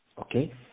Okay